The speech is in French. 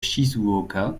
shizuoka